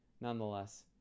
nonetheless